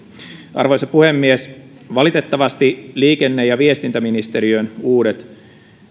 arvoisa puhemies valitettavasti liikenne ja viestintäministeriön uudet